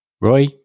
Roy